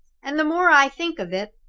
and the more i think of it,